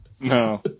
No